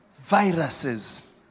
Viruses